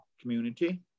community